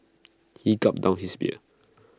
he gulped down his beer